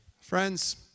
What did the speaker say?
Friends